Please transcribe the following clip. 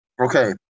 Okay